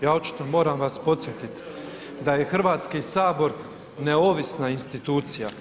Ja očito vas moram podsjetiti da je Hrvatski sabor neovisna institucija.